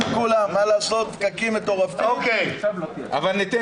אני חוזרת עכשיו אחורה להתחלה כשישבתם על שולחן המשא ומתן